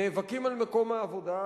נאבקים על מקום העבודה,